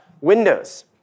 windows